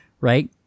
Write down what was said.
right